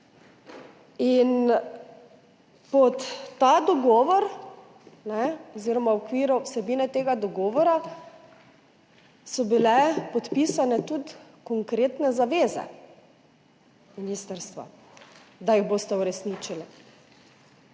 Pod ta dogovor oziroma v okviru vsebine tega dogovora so bile podpisane tudi konkretne zaveze ministrstva, da jih boste uresničili,